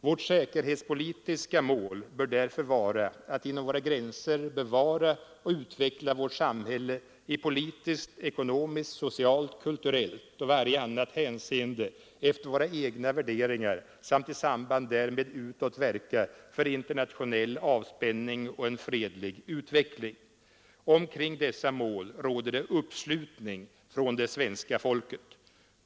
Vårt säkerhetspolitiska mål bör därför vara att inom våra gränser bevara och utveckla vårt samhälle i politiskt, ekonomiskt, socialt, kulturellt och varje annat hänseende efter våra egna värderingar samt i samband därmed utåt verka för internationell avspänning och fredlig utveckling.” Omkring dessa mål råder det uppslutning från det svenska folket.